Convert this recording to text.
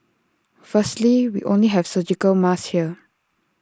firstly we only have surgical masks here